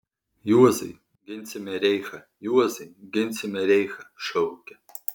juozai ginsime reichą juozai ginsime reichą šaukia